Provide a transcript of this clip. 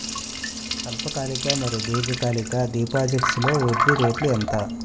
స్వల్పకాలిక మరియు దీర్ఘకాలిక డిపోజిట్స్లో వడ్డీ రేటు ఎంత?